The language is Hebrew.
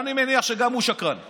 אני מניח שגם הוא שקרן מבחינתך.